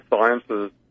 sciences